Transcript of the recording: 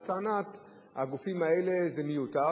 לטענת הגופים האלה, זה מיותר.